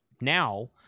now